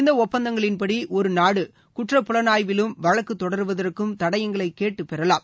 இந்த ஒப்பந்தங்களின்படி ஒரு நாடு குற்ற புலனாய்விலும் வழக்கு தொடர்வதற்கும் தடயங்களை கேட்டு பெறலாம்